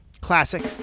Classic